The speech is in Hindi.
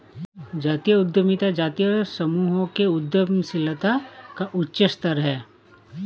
जातीय उद्यमिता जातीय समूहों के उद्यमशीलता का उच्च स्तर है